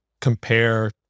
compare